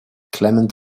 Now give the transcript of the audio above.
clement